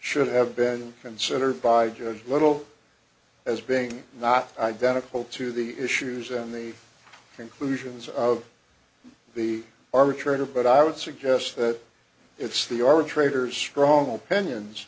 should have been considered by joe little as being not identical to the issues in the conclusions of the arbitrator but i would suggest that it's the arbitrator's strong opinions